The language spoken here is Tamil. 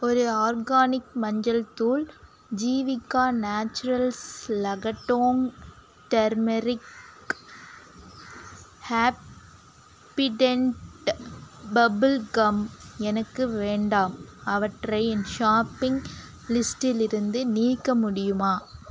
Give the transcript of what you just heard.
ஒரு ஆர்கானிக் மஞ்சள் தூள் Jeevika naturals Lakadong turmeric Happydent bubble gum எனக்கு வேண்டாம் அவற்றை என் ஷாப்பிங் லிஸ்டிலிருந்து நீக்க முடியுமா